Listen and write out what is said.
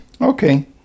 Okay